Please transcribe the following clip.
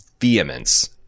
vehemence